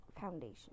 foundation